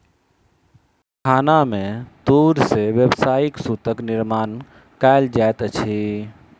कारखाना में तूर से व्यावसायिक सूतक निर्माण कयल जाइत अछि